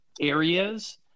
areas